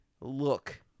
look